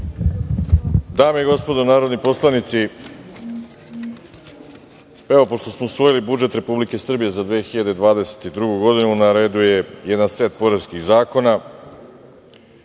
Dame i gospodo narodni poslanici, pošto smo usvojili budžet Republike Srbije za 2022. godinu, na redu je jedan set poreskih zakona.